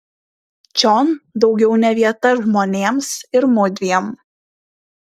čion daugiau ne vieta žmonėms ir mudviem